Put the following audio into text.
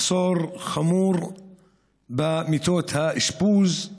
מחסור חמור במיטות האשפוז,